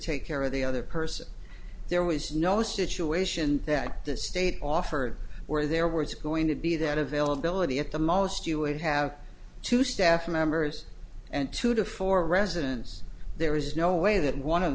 take care of the other person there was no situation that the state offered where there was going to be that availability at the most you would have to staff members and two to four residence there is no way that one of